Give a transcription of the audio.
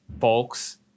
folks